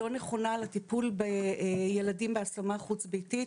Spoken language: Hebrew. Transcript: לא נכונה על הטיפול בילדים בהשמה חוץ-ביתית.